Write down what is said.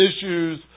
issues